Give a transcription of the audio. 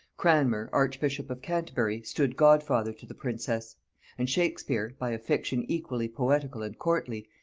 cranmer archbishop of canterbury stood godfather to the princess and shakespeare, by a fiction equally poetical and courtly,